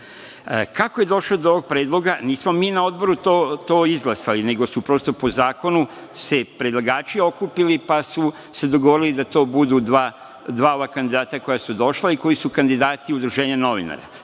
je došlo do ovog Predloga? Nismo mi na Odboru to izglasali, nego su prosto po zakonu set predlagači okupili, pa su se dogovorili da to budu dva ova kandidata koja su došla i koji su kandidati Udruženja novinara,